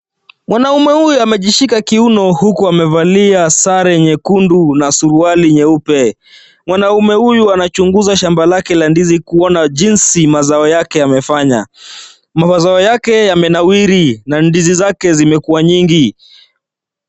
Mwanamume huyu amejishika kiuno, huku amevalia sare nyekundu na suruali nyeupe. Mwanamume huyu anachunguza shamba lake la ndizi kuona jinsi mazao yake yamefanya. Mazao yake yamenawiri na ndizi zake zimekuwa nyingi.